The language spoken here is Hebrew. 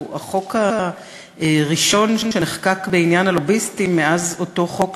החוק הראשון שנחקק בעניין הלוביסטים מאז אותו חוק